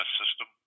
system